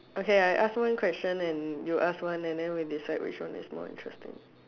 okay I ask one question and you ask one and then we decide which one is more interesting